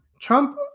Trump